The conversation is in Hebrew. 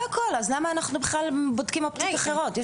אז למה אנחנו בכלל בודקים אופציות אחרות?